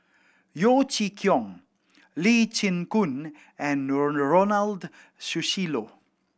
Yeo Chee Kiong Lee Chin Koon and Ronald Susilo